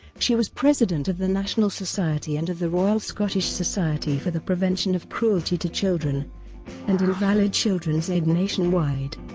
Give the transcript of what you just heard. she was president of the national society and of the royal scottish society for the prevention of cruelty to children and invalid children's aid nationwide.